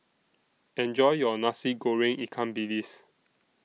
Enjoy your Nasi Goreng Ikan Bilis